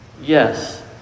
Yes